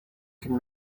can